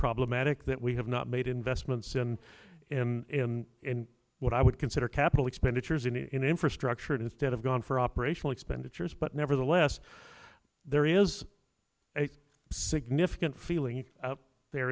problematic that we have not made investments in in in what i would consider capital expenditures in infrastructure instead of going for operational expenditures but nevertheless there is a significant feeling out there